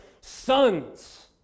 sons